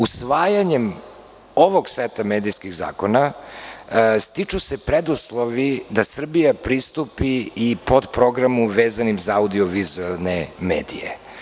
Usvajanjem ovog seta medijskih zakona stiču se preduslovi da Srbija pristupi i podprogramu vezanim za audiovizuelne medije.